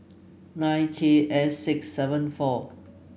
nine K S six seven four